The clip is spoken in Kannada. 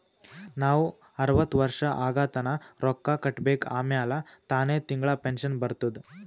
ನಾವ್ ಅರ್ವತ್ ವರ್ಷ ಆಗತನಾ ರೊಕ್ಕಾ ಕಟ್ಬೇಕ ಆಮ್ಯಾಲ ತಾನೆ ತಿಂಗಳಾ ಪೆನ್ಶನ್ ಬರ್ತುದ್